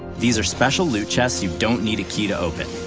these are special loot chests you don't need a key to open.